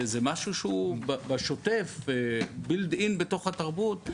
זה משהו שהוא בשוטף built in בתוך התרבות.